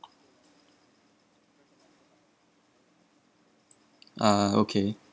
ah okay